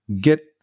get